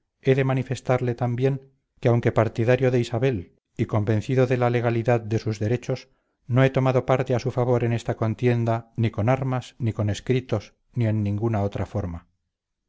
de manifestarle también que aunque partidario de isabel y convencido de la legalidad de sus derechos no he tomado parte a su favor en esta contienda ni con armas ni con escritos ni en ninguna otra forma